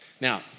Now